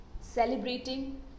celebrating